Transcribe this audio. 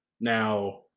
Now